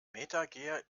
metager